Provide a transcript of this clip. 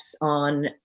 on